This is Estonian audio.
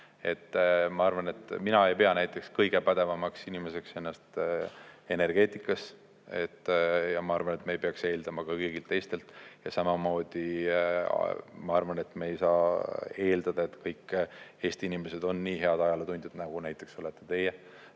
Mina ei pea ennast näiteks kõige pädevamaks inimeseks energeetikas ja ma arvan, et me ei peaks eeldama ka kõigilt teistelt seda. Samamoodi ma arvan, et me ei saa eeldada, et kõik Eesti inimesed on nii head ajalootundjad, nagu näiteks teie